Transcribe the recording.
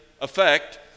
effect